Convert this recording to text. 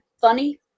funny